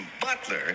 Butler